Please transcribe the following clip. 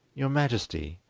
your majesty,